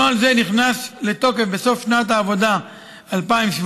נוהל זה נכנס לתוקף בסוף שנת העבודה 2017,